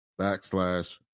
backslash